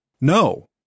No